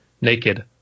naked